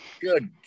good